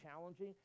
challenging